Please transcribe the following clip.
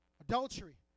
adultery